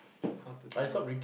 what to do mah